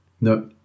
No